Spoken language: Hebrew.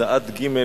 זה עד ג'